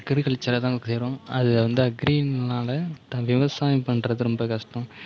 அக்ரிகல்ச்சரை தான் சேரும் அது வந்து அக்ரினால் த விவசாயம் பண்ணுறது ரொம்ப கஷ்டம்